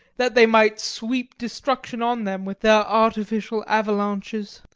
that they might sweep destruction on them with their artificial avalanches.